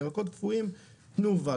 ירקות קפואים תנובה,